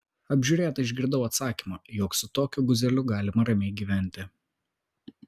apžiūrėta išgirdau atsakymą jog su tokiu guzeliu galima ramiai gyventi